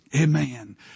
Amen